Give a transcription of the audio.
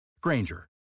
Granger